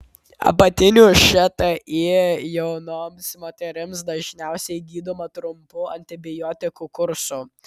apatinių šti jaunoms moterims dažniausiai gydoma trumpu antibiotikų kursu